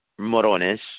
Morones